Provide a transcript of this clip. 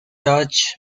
dutch